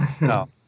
No